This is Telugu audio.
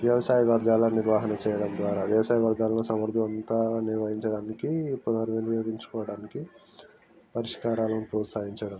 వ్యవసాయ రంగాల నిర్వహణ చేయడం ద్వారా వ్యవసాయ వర్గాలను సమర్థవంతంగా నిర్వహించడానికి మరియు వినియోగించుకోవడానికి పరిష్కారాలని ప్రోత్సహించడం